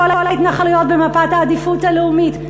כל ההתנחלויות במפת העדיפות הלאומית.